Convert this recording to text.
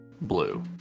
blue